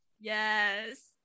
yes